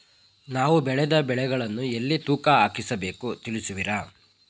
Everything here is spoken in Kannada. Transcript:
ನಾವು ಬೆಳೆದ ಬೆಳೆಗಳನ್ನು ಎಲ್ಲಿ ತೂಕ ಹಾಕಿಸ ಬೇಕು ತಿಳಿಸುವಿರಾ?